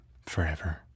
forever